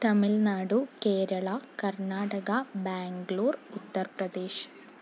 Tamil Nadu Kerala Karnataka Bangalore Uttar Pradesh